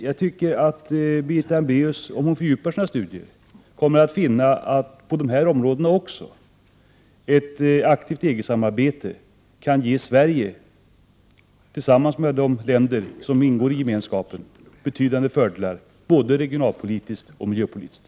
Jag tror att Birgitta Hambraeus, om hon fördjupar sina studier, kommer att finna att ett aktivt EG-samarbete också på dessa områden kan ge Sverige tillsammans med de andra länder som ingår i Gemenskapen betydande fördelar, både regionalpolitiskt och miljöpolitiskt.